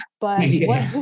but-